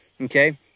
Okay